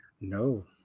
No